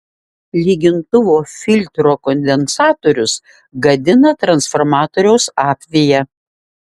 lygintuvo filtro kondensatorius gadina transformatoriaus apviją